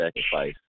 sacrifice